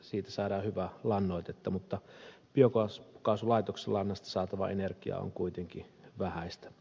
siitä saadaan hyvää lannoitetta mutta biokaasulaitoksen lannasta saatava energia on kuitenkin vähäistä